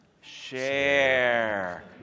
Share